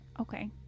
okay